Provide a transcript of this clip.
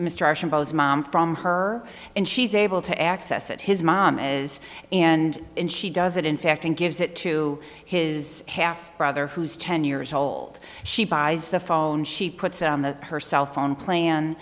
mister from her and she's able to access it his mom is and and she does it in fact and gives it to his half brother who's ten years old she buys the phone she puts on the her cell phone plan